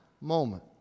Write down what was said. moment